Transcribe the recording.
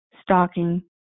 Stalking